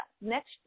Next